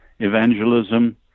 evangelism